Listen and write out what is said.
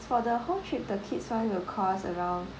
for the whole trip the kids [one] will cost around